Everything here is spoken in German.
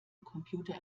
computer